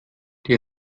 die